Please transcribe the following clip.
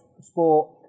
sport